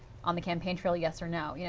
on the campaign trail, yes or no? you know